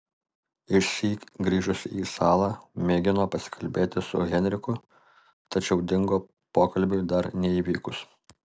išsyk grįžusi į salą mėgino pasikalbėti su henriku tačiau dingo pokalbiui dar neįvykus